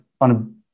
on